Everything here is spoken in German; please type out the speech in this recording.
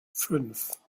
fünf